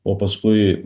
o paskui